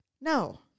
No